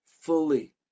fully